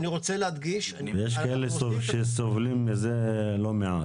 יש כאלה שסובלים מזה לא מעט.